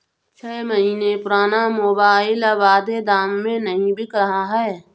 छह महीने पुराना मोबाइल अब आधे दाम में भी नही बिक रहा है